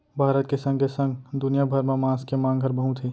भारत के संगे संग दुनिया भर म मांस के मांग हर बहुत हे